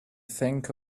think